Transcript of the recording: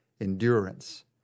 endurance